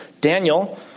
Daniel